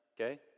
okay